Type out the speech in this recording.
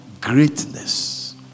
Greatness